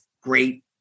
great